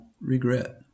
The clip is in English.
regret